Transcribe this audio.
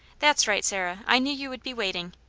that's right, sarah. i knew you would be wait ing.